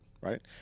right